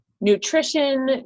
nutrition